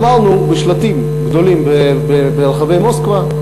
אמרנו בשלטים גדולים ברחבי מוסקבה: